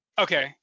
Okay